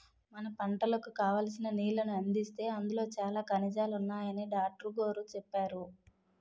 మన పంటలకు కావాల్సిన నీళ్ళను అందిస్తే అందులో చాలా ఖనిజాలున్నాయని డాట్రుగోరు చెప్పేరు